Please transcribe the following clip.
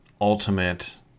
ultimate